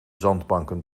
zandbanken